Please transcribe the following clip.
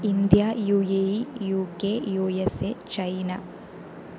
India U A E U K U S A China